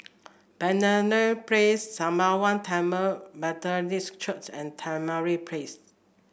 Penaga Place Sembawang Tamil Methodist Church and Tamarind Place